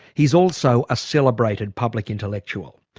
he's also a celebrated public intellectual.